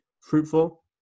fruitful